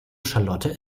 charlotte